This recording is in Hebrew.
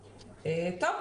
טוב.